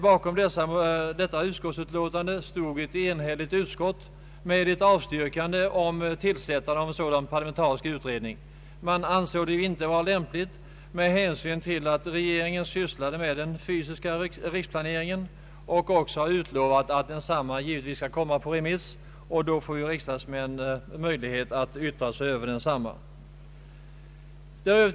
Bakom detta utlåtande stod ett enhälligt utskott med ett avstyrkande av ett förslag om tillsättande av en sådan parlamentarisk utredning. Man ansåg det inte vara lämpligt att tillsätta en sådan utredning med hänsyn till att regeringen sysslar med den fysiska riksplaneringen och har utlovat att densamma givetvis skall komma på remiss. Då får riksdagsmännen möjlighet att yttra sig över den.